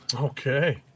Okay